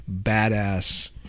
badass